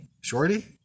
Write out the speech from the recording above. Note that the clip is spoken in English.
Shorty